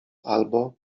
albo